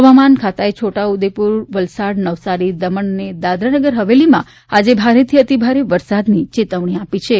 હવામાન ખાતાએ છોટા ઉદેપુર વલસાડ નવસારી દમણ અને દાદરાનગર હવેલીમાં આજે ભારેથી અતિભારે વરસાદની ચેતવણી આપી છે